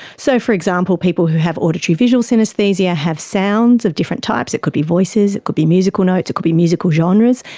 so, for example, people who have auditory visual synaesthesia have sounds of different types it could be voices, it could be musical notes, it could be musical genres,